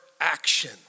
action